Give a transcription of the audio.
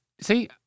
See